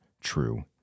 true